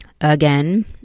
again